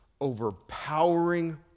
overpowering